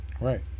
Right